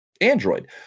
Android